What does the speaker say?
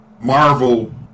Marvel